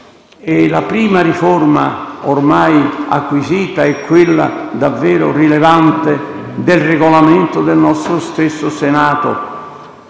La prima riforma ormai acquisita è quella, davvero rilevante, del Regolamento del nostro stesso Senato